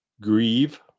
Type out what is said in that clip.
grieve